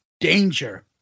danger